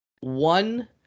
One